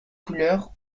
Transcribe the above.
couleur